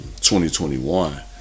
2021